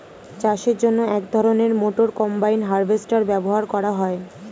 চাষের জন্য এক ধরনের মোটর কম্বাইন হারভেস্টার ব্যবহার করা হয়